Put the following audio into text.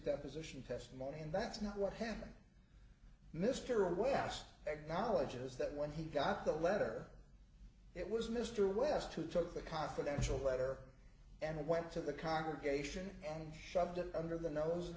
deposition testimony and that's not what happened mr away asked acknowledges that when he got the letter it was mr west who took the confidential letter and went to the congregation and shoved it under the nose of